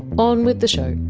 on with the show